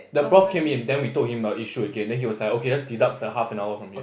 the prof came in then we told him our issue again then he was like okay let's deduct half an hour from here